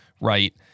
right